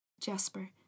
Jasper